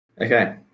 Okay